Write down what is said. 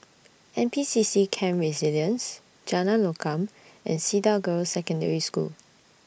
N P C C Camp Resilience Jalan Lokam and Cedar Girls' Secondary School